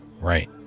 Right